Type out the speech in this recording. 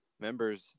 members